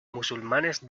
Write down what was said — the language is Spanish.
musulmanes